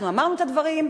אנחנו אמרנו את הדברים,